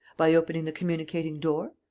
by opening the communicating door?